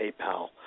PayPal